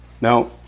now